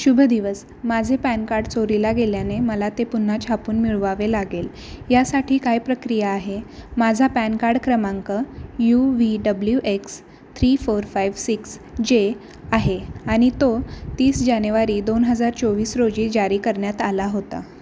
शुभ दिवस माझे पॅन कार्ड चोरीला गेल्याने मला ते पुन्हा छापून मिळवावे लागेल यासाठी काय प्रक्रिया आहे माझा पॅन कार्ड क्रमांक U V W X three four five six जे आहे आणि तो तीस जानेवारी दोन हजार चोवीस रोजी जारी करण्यात आला होता